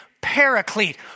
Paraclete